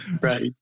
right